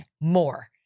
more